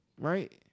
right